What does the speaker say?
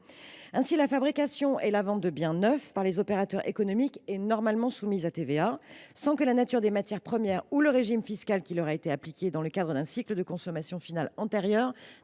TVA. La fabrication et la vente de biens neufs par les opérateurs économiques sont normalement soumises à la TVA, sans que la nature des matières premières ou le régime fiscal qui leur a été appliqué dans le cadre d’un cycle de consommation finale antérieur